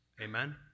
Amen